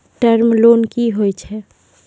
Term loan कि होय छै?